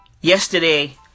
Yesterday